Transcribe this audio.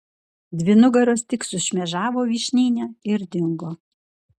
dvi nugaros tik sušmėžavo vyšnyne ir dingo